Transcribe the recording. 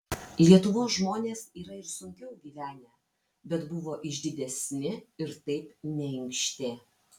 lietuvos žmonės yra ir sunkiau gyvenę bet buvo išdidesni ir taip neinkštė